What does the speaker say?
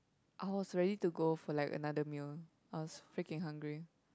I was ready to go for like another meal I was freaking hungry